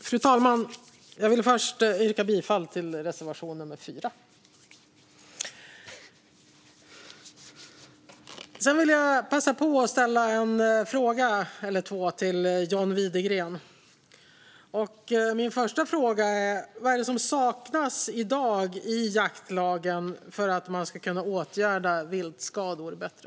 Fru talman! Jag vill först yrka bifall till reservation nummer 4. Sedan vill jag passa på att ställa en fråga eller två till John Widegren. Min första fråga är: Vad är det som i dag saknas i jaktlagen för att man ska kunna åtgärda viltskador bättre?